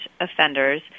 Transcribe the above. offenders